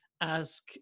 ask